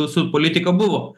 su politika buvo